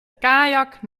kajak